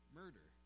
murder